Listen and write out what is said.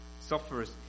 suffers